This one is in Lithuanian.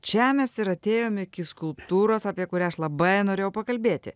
čia mes ir atėjom iki skulptūros apie kurią aš labai norėjau pakalbėti